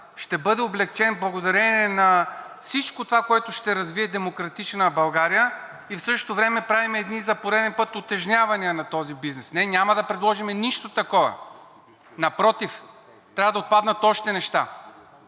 ще бъде облекчен благодарение на всичко това, което ще развие „Демократична България“, и в същото време правим едни за пореден път утежнявания на този бизнес. Не, няма да предложим нищо такова, напротив, трябва да отпаднат още неща.